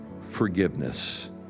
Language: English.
forgiveness